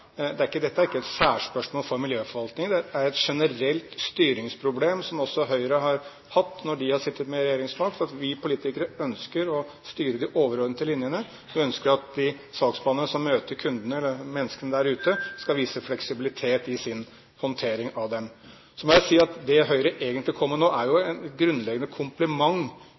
er et generelt styringsproblem, som også Høyre har hatt når de har sittet med regjeringsmakt, at vi politikere ønsker å styre de overordnede linjene. Så ønsker vi at de saksbehandlerne som møter kundene – menneskene der ute – skal kunne vise fleksibilitet i sin håndtering av dem. Jeg må si at det Høyre egentlig kom med nå, jo er en grunnleggende